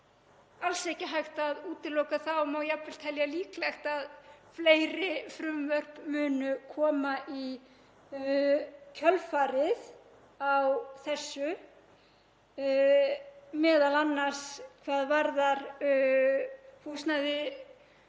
alls ekki hægt að útiloka það og má jafnvel telja líklegt að fleiri frumvörp muni koma í kjölfarið á þessu, m.a. hvað varðar húsnæði